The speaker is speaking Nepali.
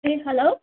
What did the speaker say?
A hello